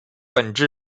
本质